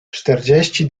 czterdzieści